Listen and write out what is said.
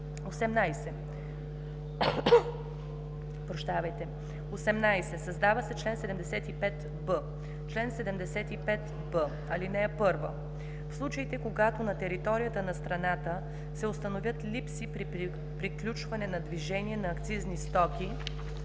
18. Създава се чл. 75б: „Чл. 75б. (1) В случаите когато на територията на страната се установят липси при приключване на движение на акцизни стоки